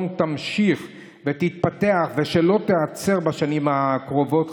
תימשך ותתפתח ושלא תיעצר בשנים הקרובות,